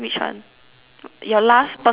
your last personal card right